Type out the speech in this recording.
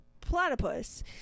platypus